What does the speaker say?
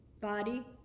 body